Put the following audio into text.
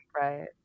Right